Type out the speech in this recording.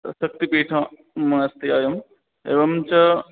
शक्तिपीठम् अस्ति अयम् एवञ्च